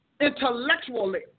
intellectually